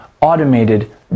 automated